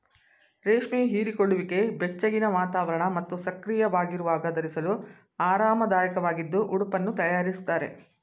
ರೇಷ್ಮೆ ಹೀರಿಕೊಳ್ಳುವಿಕೆ ಬೆಚ್ಚಗಿನ ವಾತಾವರಣ ಮತ್ತು ಸಕ್ರಿಯವಾಗಿರುವಾಗ ಧರಿಸಲು ಆರಾಮದಾಯಕವಾಗಿದ್ದು ಉಡುಪನ್ನು ತಯಾರಿಸ್ತಾರೆ